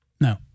No